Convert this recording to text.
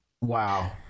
Wow